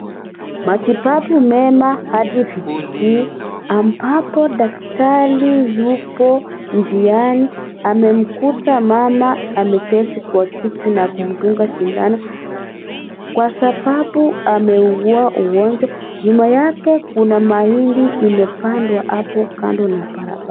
Matibabu mema hadi vijijini, ambapo daktari yupo njiani. Amemkuta mama ameketi kwa kiti na kumdunga sindano, kwa sababu, ameugua ugonjwa. Nyuma yake, kuna mahindi imepandwa hapo kando na barabara.